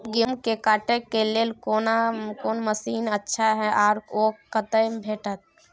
गेहूं के काटे के लेल कोन मसीन अच्छा छै आर ओ कतय भेटत?